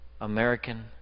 American